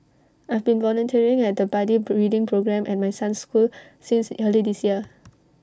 I've been volunteering at the buddy reading programme at my son's school since early this year